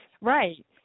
Right